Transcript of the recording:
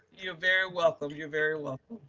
you're very welcome. you're very welcome.